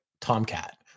Tomcat